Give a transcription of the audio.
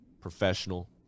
professional